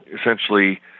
essentially